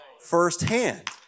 firsthand